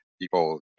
people